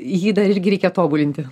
jį dar irgi reikia tobulinti